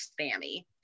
spammy